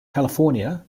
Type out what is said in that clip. california